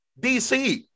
DC